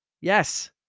Yes